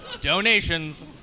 Donations